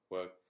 Work